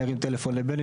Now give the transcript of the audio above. אני ארים טלפון לבני,